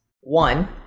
One